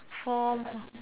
for